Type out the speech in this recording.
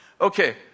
Okay